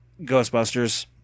Ghostbusters